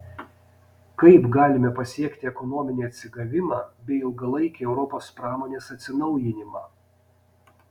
kaip galime pasiekti ekonominį atsigavimą bei ilgalaikį europos pramonės atsinaujinimą